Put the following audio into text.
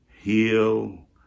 heal